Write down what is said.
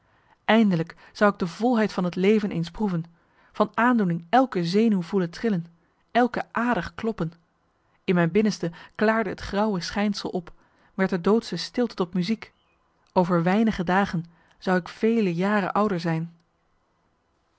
eindelijk zou ik de volheid van het leven eens proeven van aandoening elke zenuw voelen trillen elke ader kloppen in mijn binnenste klaarde het grauwe schijnsel op werd de doodsche stilte tot muziek over weinige dagen zou ik vele jaren ouder zijn